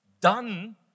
done